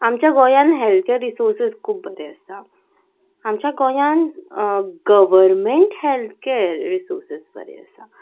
आमच्या गोंयांत health care resources खूब बरे आसा आमच्या गोंयांत गव्हर्मेंट हेल्थ केअर रिसोर्सीस बरे आसा